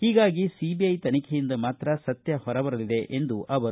ಹೀಗಾಗಿ ಸಿಬಿಐ ತನಿಖೆಯಿಂದ ಮಾತ್ರ ಸತ್ಯ ಹೊರಬರಲಿದೆ ಎಂದರು